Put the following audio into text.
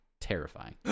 Terrifying